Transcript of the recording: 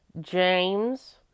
James